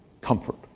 Comfort